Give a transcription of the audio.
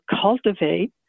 cultivate